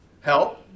help